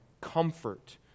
comfort